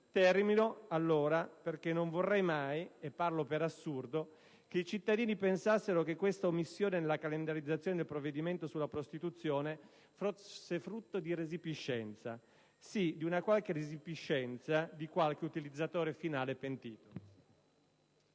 Infine, non vorrei mai, e parlo per assurdo, che i cittadini pensassero che questa omissione della calendarizzazione del provvedimento sulla prostituzione fosse frutto di resipiscenza, proprio così, di una qualche resipiscenza di qualche utilizzatore finale pentito.